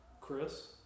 Chris